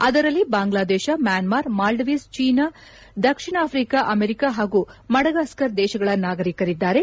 ಅದರಲ್ಲಿ ಬಾಂಗ್ಲಾದೇಶ ಮ್ಯಾನ್ಸಾರ್ ಮಾಲ್ದೀವ್ಸ್ ಚೀನಾ ದಕ್ಷಿಣ ಆಫ್ರಿಕಾ ಅಮೆರಿಕ ಹಾಗೂ ಮಡಗಾಸ್ಕರ್ ದೇಶಗಳ ನಾಗರಿಕರಿದ್ದಾರೆ